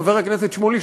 חבר הכנסת שמולי,